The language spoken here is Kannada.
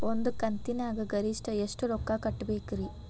ಒಂದ್ ಕಂತಿನ್ಯಾಗ ಗರಿಷ್ಠ ಎಷ್ಟ ರೊಕ್ಕ ಕಟ್ಟಬೇಕ್ರಿ?